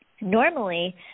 Normally